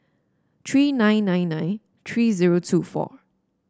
three nine nine nine three zero two four